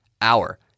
hour